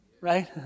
Right